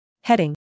Heading